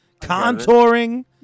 Contouring